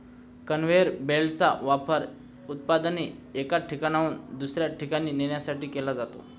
conveyor बेल्टचा वापर उत्पादने एका ठिकाणाहून दुसऱ्या ठिकाणी नेण्यासाठी केला जातो